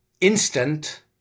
instant